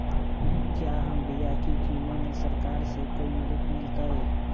क्या हम बिया की किने में सरकार से कोनो मदद मिलतई?